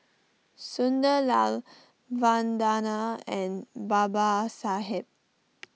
Sunderlal Vandana and Babasaheb